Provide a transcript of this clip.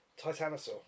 Titanosaur